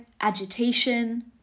agitation